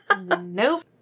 Nope